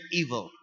evil